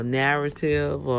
narrative